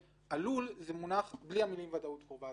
"עלול" זה מונח בלי המילים "ודאות קרובה",